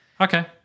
Okay